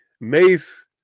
Mace